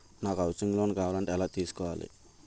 నాకు housing loan కావాలంటే ఎలా తీసుకోవాలి?